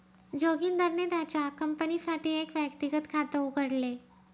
जोगिंदरने त्याच्या कंपनीसाठी एक व्यक्तिगत खात उघडले